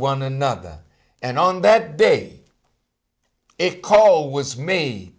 one another and on that day it call was made